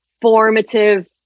formative